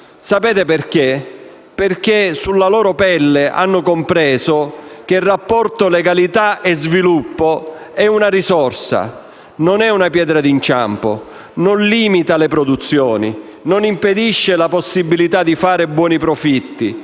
esame, perché ha compreso sulla sua pelle che il rapporto tra legalità e sviluppo è una risorsa, non è una pietra d'inciampo, non limita le produzioni, non impedisce la possibilità di fare buoni profitti,